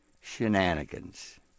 shenanigans